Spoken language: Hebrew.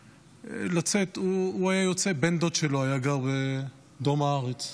הוא היה יוצא לבן הדוד שלו, שהיה גר בדרום הארץ.